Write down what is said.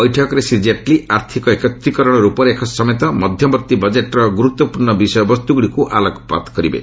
ବୈଠକରେ ଶ୍ରୀ ଜେଟ୍ଲୀ ଆର୍ଥିକ ଏକତ୍ରିକରଣ ରୂପରେଖ ସମେତ ମଧ୍ୟବର୍ତ୍ତୀ ବଜେଟ୍ର ଗୁରୁତ୍ୱପୂର୍ଣ୍ଣ ବିଷୟବସ୍ତୁଗୁଡ଼ିକୁ ଆଲୋକପାତ କରିବେ